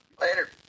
Later